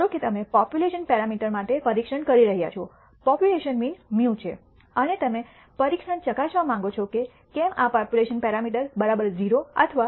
ધારો કે તમે પોપ્યુલેશન પેરામીટર માટે પરીક્ષણ કરી રહ્યાં છો પોપ્યુલેશન મીન μ છે અને તમે પરીક્ષણ ચકાસવા માંગો છો કે કેમ આ પોપ્યુલેશન પેરામીટર 0 અથવા